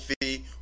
fee